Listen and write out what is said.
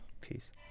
Peace